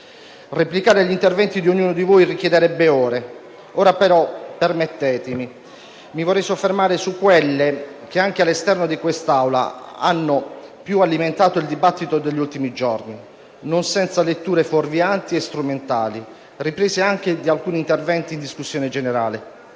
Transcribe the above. Replicare agli interventi di ognuno di voi richiederebbe ore, ora però permettetemi di soffermarmi su quelli che, anche all'esterno di quest'Aula, hanno maggiormente alimentato il dibattito degli ultimi giorni, non senza letture fuorvianti e strumentali, riprese anche da alcuni interventi in discussione generale.